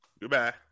Goodbye